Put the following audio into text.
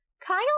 Kyle